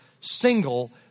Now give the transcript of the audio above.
single